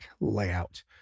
layout